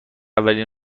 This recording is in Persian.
اولین